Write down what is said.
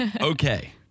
Okay